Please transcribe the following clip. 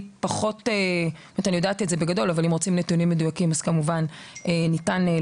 אני פחות יודעת את הנתונים בהקשר הזה אבל אם רוצים אותם אז ניתן לספק.